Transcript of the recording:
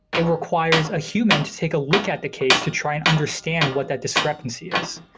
it requires a human to take a look at the case to try and understand what that discrepancy is.